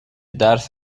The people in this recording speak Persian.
درس